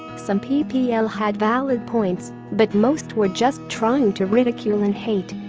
some ppl had valid points but most were just trying to ridicule and hate.